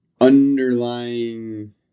underlying